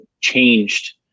changed